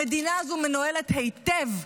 המדינה הזו מנוהלת היטב,